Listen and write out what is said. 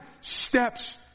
steps